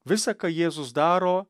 visa ką jėzus daro